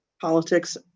politics